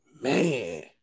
Man